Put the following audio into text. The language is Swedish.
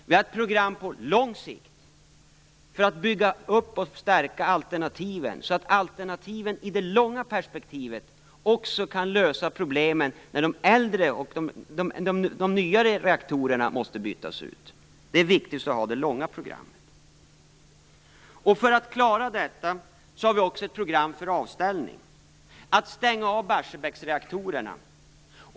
Vi har ett program på lång sikt för att bygga upp och stärka alternativen så att de i det långa perspektivet också kan lösa problemen när de nyare reaktorerna måste bytas ut. Det är viktigt att ha det långa programmet. För att klara detta har vi också ett program för avställning, att stänga av Barsebäcksreaktorerna.